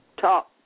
talk